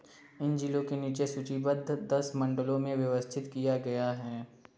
इन जिलों के नीचे सूचीबद्ध दस मंडलों में व्यवस्थित किया गया है